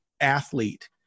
athlete